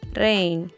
rain